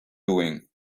doing